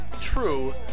true